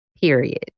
period